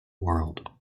world